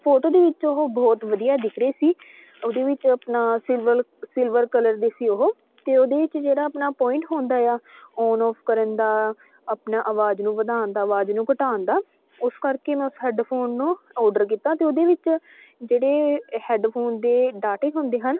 photo ਦੇ ਵਿੱਚ ਉਹ ਬਹੁਤ ਵਧੀਆ ਦਿੱਖ ਰਹੇ ਸੀ ਉਹਦੇ ਵਿੱਚ ਆਪਣਾ ਸਿਰ ਵਲ ਸਿਲਵਰ ਕਲਰ ਦੀ ਸੀ ਉਹ ਅਤੇ ਉਹਦੇ ਵਿੱਚ ਜਿਹੜਾ ਆਪਣਾ ਪੁਆਇੰਟ ਹੁੰਦਾ ਆ ਓਨ ਓਫ ਕਰਨ ਦਾ ਆਪਣਾ ਆਵਾਜ਼ ਨੂੰ ਵਧਾਉਣ ਦਾ ਆਵਾਜ਼ ਨੂੰ ਘਟਾਉਣ ਦਾ ਉਸ ਕਰਕੇ ਮੈਂ ਉਸ ਹੈਡਫੋਨ ਨੂੰ ਓਰਡਰ ਕੀਤਾ ਅਤੇ ਉਹਦੇ ਵਿੱਚ ਜਿਹੜੇ ਹੈਡਫੋਨ ਦੇ ਡਾਟੇ ਹੁੰਦੇ ਹਨ